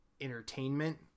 entertainment